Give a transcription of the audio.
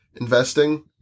investing